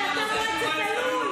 אבל אתה מועצת הלול,